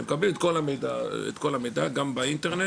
הם מקבלים את כל המידע גם באינטרנט.